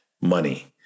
money